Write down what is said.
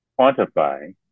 quantify